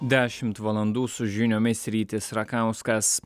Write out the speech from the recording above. dešimt valandų su žiniomis rytis rakauskas